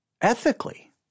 ethically